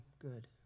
good